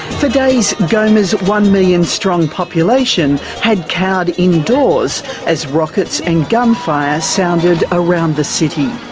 for days, goma's one-million-strong population had cowered indoors as rockets and gunfire sounded around the city.